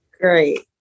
Great